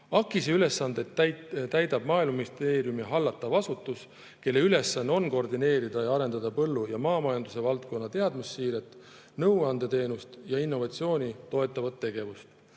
AKIS‑e ülesandeid täidab Maaeluministeeriumi hallatav asutus, kelle ülesanne on koordineerida ja arendada põllu‑ ja maamajanduse valdkonna teadmussiiret, nõuandeteenust ja innovatsiooni toetavat tegevust.